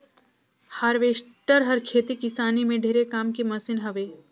harvester हर खेती किसानी में ढेरे काम के मसीन हवे